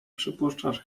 przypuszczasz